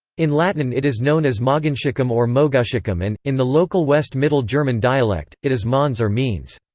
in latin it is known as mogontiacum or moguntiacum and, in the local west middle german dialect, it is maanz or meenz.